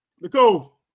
nicole